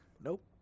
Nope